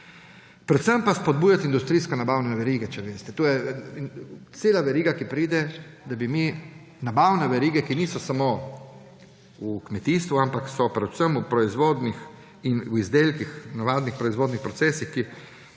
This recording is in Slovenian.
predvsem pa spodbujati industrijske nabavne verige, če veste. To je cela veriga, ki pride, da bi mi nabavne verige, ki niso samo v kmetijstvu, ampak so predvsem v navadnih proizvodnih procesih in